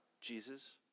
Jesus